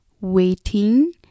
waiting